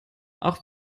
auch